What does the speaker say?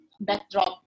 backdrop